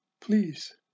please